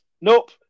Nope